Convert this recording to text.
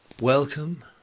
Welcome